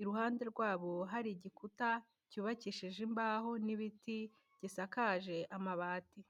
iruhande rwabo hari igikuta cyubakishije imbaho n'ibiti gisakaje amabati.